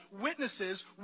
witnesses